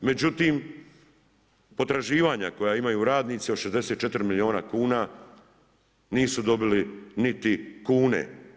Međutim, potraživanja koja imaju radnici od 64 milijuna kuna nisu dobili niti kune.